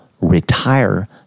retire